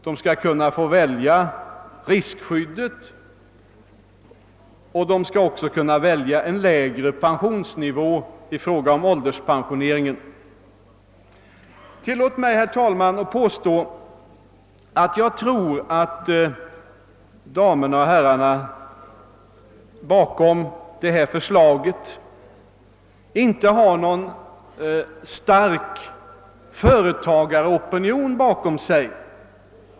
De skall kunna få välja riskskyddet, d.v.s. förtidspension och efterlevandepension, och de skall också kunna välja en lägre pensionsnivå i fråga om ålderspensioneringen. | Tillåt mig, herr talman, påstå att jag tror att damerna och herrarna bakom detta förslag inte har någon stark företagaropinion bakom sig.